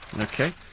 Okay